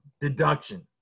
deduction